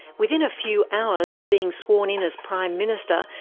within a few hours of being sworn in as prime minister,